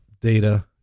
data